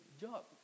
job